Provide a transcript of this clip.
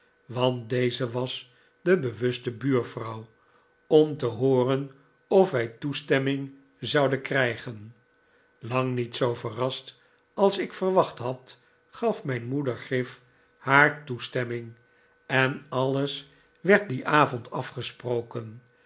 om te hooren of wij toestemming zouden krijgen lang niet zoo verrast als ik verwacht had gaf mijn moeder grif haar toestemming en alles werd dien avond afgesproken